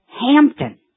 Hampton